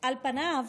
על פניו,